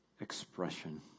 expression